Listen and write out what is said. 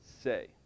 say